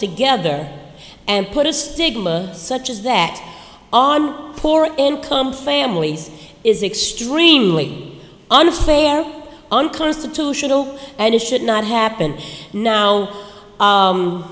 together and put a stigma such as that on poor income families is extremely unfair unconstitutional and it should not happen now